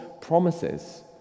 promises